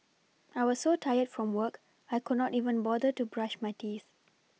I was so tired from work I could not even bother to brush my teeth